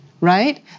Right